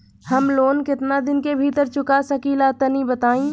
हम लोन केतना दिन के भीतर चुका सकिला तनि बताईं?